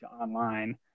online